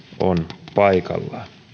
on paikallaan